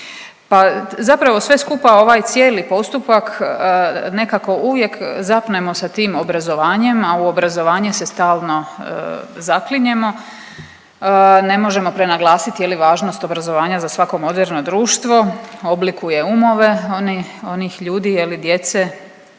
Pa zapravo sve skupa ovaj cijeli postupak nekako uvijek zapnemo sa tim obrazovanjem, a u obrazovanje se stalno zaklinjemo. Ne možemo prenaglasiti je li važnost obrazovanja za svako moderno društvo, oblikuje umove onih ljudi, je li djece